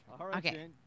Okay